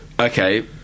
Okay